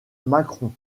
macron